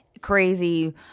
crazy –